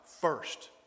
first